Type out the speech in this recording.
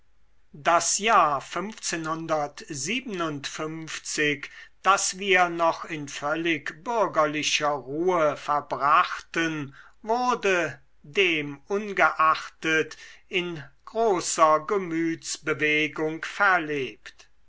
das jahr das wir noch in völlig bürgerlicher ruhe verbrachten wurde dem ungeachtet in großer gemütsbewegung verlebt